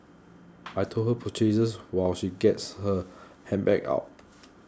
I hold her purchases while she gets her handbag out